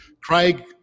Craig